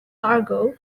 argo